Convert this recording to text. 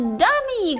dummy